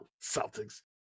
Celtics